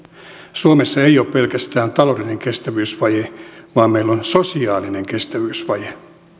suomessa ei ole pelkästään taloudellinen kestävyysvaje vaan meillä on sosiaalinen kestävyysvaje